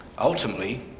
Ultimately